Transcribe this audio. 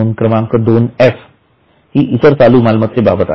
नोंद क्रमांक 2 एफ हि इतर चालू मालमत्तेबाबत आहे